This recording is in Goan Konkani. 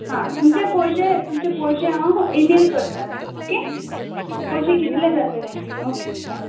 हां तुमचे पयशे तुमचे पयशे हांव इमेल करतां ओके पयशे कितले जातले ते ओके बाय